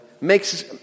makes